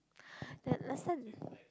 that last time